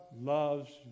loves